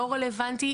לא רלוונטי,